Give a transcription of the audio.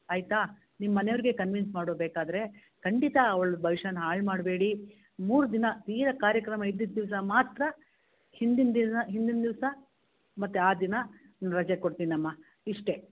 ಆಯಿತಾ ನಿಮ್ಮ ಮನೆಯವ್ರಿಗೆ ಕನ್ವೀನ್ಸ್ ಮಾಡು ಬೇಕಾದರೆ ಖಂಡಿತಾ ಅವ್ಳ ಭವಿಷ್ಯನ ಹಾಳು ಮಾಡಬೇಡಿ ಮೂರು ದಿನ ತೀರ ಕಾರ್ಯಕ್ರಮ ಇದ್ದಿದ್ದ ದಿವಸ ಮಾತ್ರ ಹಿಂದಿನ ದಿನ ಹಿಂದಿನ ದಿವಸ ಮತ್ತೆ ಆ ದಿನ ರಜಾ ಕೊಡ್ತಿನಮ್ಮ ಇಷ್ಟೇ